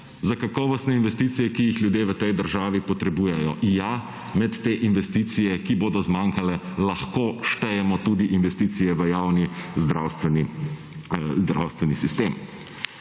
za kakovostne investicije, ki jih ljudje v tej državi potrebujejo. Ja, med te investicije, ki bodo zmanjkale, lahko štejemo tudi investicije v javni zdravstveni sistem